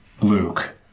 Luke